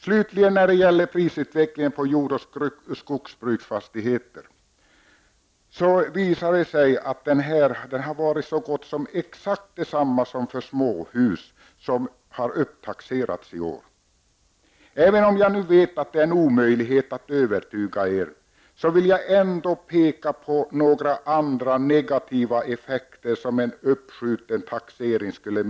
Slutligen när det gäller prisutvecklingen på jord och skogsbruksfastigheter visar det sig att denna varit nästan exakt densamma som för småhus som upptaxerats i år. Även om jag vet att det är en omöjlighet att övertyga er, vill jag ändå peka på några andra negativa effekter av en uppskjuten taxering.